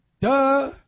duh